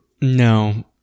No